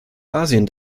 asien